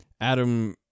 adam